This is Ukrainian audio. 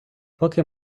поки